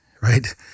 right